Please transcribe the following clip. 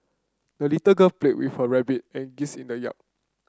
the little girl played with her rabbit and geese in the yard